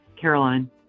Caroline